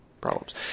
problems